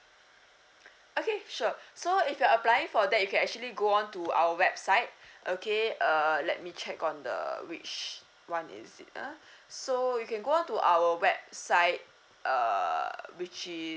okay sure so if you're applying for that you can actually go on to our website okay err let me check on the which one is it uh so you can go on to our website err which